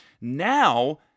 Now